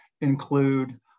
include